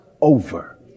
over